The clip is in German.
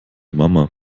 mama